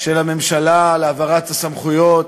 של הממשלה להעברת הסמכויות,